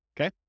okay